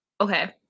okay